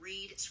Read